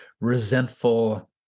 resentful